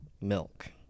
milk